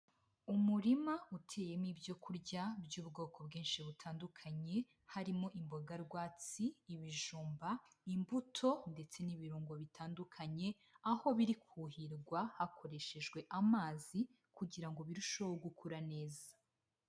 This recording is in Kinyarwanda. Umurima uteyemo ibyo kurya by'ubwoko bwinshi butandukanye, harimo imboga rwatsi, ibijumba, imbuto ndetse n'ibirungo bitandukanye, aho biri kuhirwa hakoreshejwe amazi kugira birusheho gukura neza.